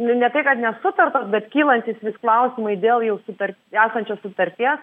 ne ne tai kad nesutartos bet kylantys vis klausimai dėl jau sutart esančios sutarties